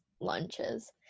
lunches